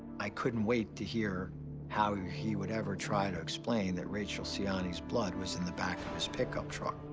i couldn't wait to hear how he would ever try to explain that rachel siani's blood was in the back of his pickup truck.